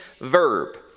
verb